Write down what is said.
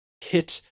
hit